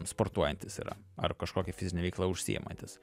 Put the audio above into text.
sportuojantis yra ar kažkokia fizine veikla užsiimantis